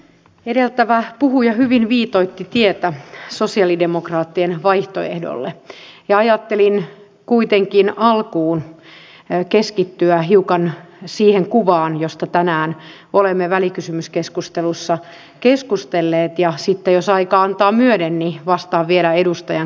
edeltävä puhuja hyvin viitoitti tietä sosialidemokraattien vaihtoehdolle ja ajattelin kuitenkin alkuun keskittyä hiukan siihen kuvaan josta tänään olemme välikysymyskeskustelussa keskustelleet ja sitten jos aika antaa myöden vastaan vielä edustajan kysymyksiin